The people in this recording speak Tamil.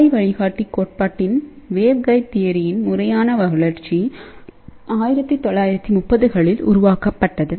அலை வழிகாட்டி கோட்பாட்டின் முறையான வளர்ச்சி 1930களில் உருவாக்கப்பட்டது